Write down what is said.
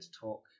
talk